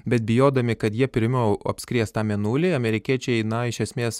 bet bijodami kad jie pirmiau apskries tą mėnulį amerikiečiai na iš esmės